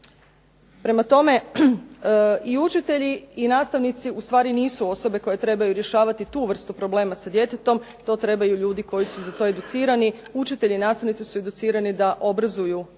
Prema tome, i učitelji i nastavnici nisu osobe koje trebaju rješavati tu vrstu problema sa djetetom, to trebaju ljudi koji su za to educirani, učitelji i nastavnici su educirani da obrazuju i